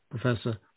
Professor